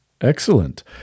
excellent